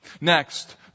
Next